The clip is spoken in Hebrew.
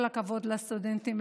כל הכבוד לסטודנטים,